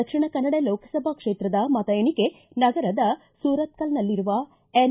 ದಕ್ಷಿಣ ಕನ್ನಡ ಲೋಕಸಭಾ ಕ್ಷೇತ್ರದ ಮತ ಎಣಿಕೆ ನಗರದ ಸುರತ್ಕಲ್ನಲ್ಲಿರುವ ಎನ್